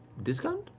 discount?